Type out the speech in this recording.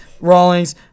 Rawlings